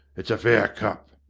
it's a fair cop.